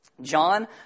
John